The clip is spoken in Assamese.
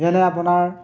যেনে আপোনাৰ